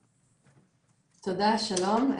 תודה, שלום.